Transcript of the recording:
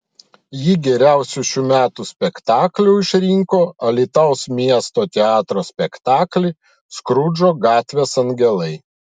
ji geriausiu šių metų spektakliu išrinko alytaus miesto teatro spektaklį skrudžo gatvės angelai